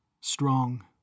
strong